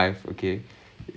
oh okay